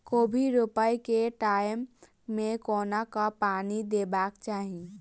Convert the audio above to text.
कोबी रोपय केँ टायम मे कोना कऽ पानि देबाक चही?